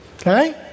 Okay